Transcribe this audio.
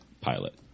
pilot